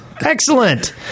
Excellent